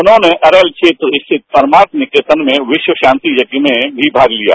उन्होंने अरल क्षेत्र स्थित परमार्थ निकेतन में विस्व स्रांति यज्ञ में भी भाग लिया